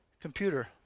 computer